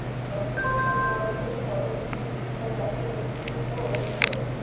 অতিরিক্ত জলসেচের ফলে কি মৃত্তিকা চাষের অনুপযুক্ত হয়ে ওঠে?